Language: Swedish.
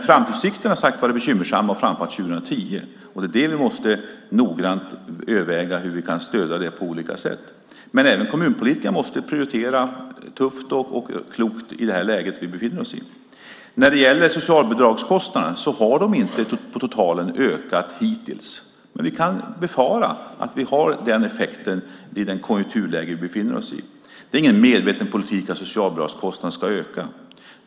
Framtidsutsikterna är som sagt var bekymmersamma, framför allt för 2010. Vi måste noggrant överväga hur vi kan stödja på olika sätt. Men även kommunpolitikerna måste prioritera tufft och klokt i detta läge. Socialbidragskostnaderna har inte ökat totalt hittills. Vi kan dock befara att konjunkturläget får den effekten. Det är ingen medveten politik att socialbidragskostnaderna ska öka.